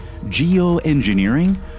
geoengineering